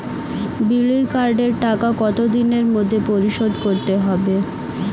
বিড়ির কার্ডের টাকা কত দিনের মধ্যে পরিশোধ করতে হবে?